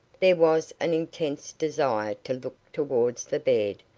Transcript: there was an intense desire to look towards the bed,